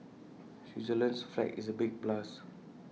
Switzerland's flag is A big plus